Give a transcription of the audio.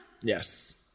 Yes